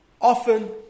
often